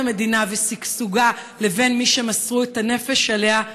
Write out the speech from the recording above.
המדינה ושגשוגה לבין מי שמסרו את הנפש עליה,